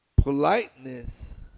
politeness